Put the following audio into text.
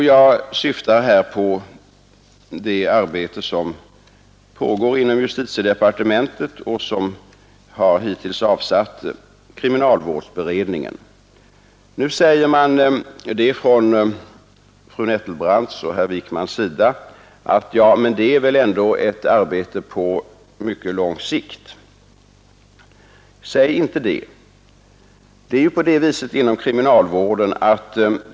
Jag syftar här på det arbete som pågår inom justitiedepartementet och som hittills har avsatt kriminalvårdsberedningen. Fru andre vice talmannen Nettelbrandt och herr Wijkman säger att det är ett arbete på mycket lång sikt. Det är inte så säkert.